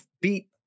beat